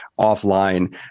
offline